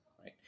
right